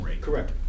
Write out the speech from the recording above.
correct